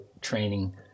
training